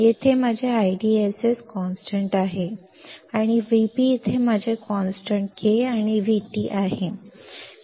येथे माझे स्थिरांक IDSS आहे आणि VP येथे माझे स्थिरांक K आणि VT आहे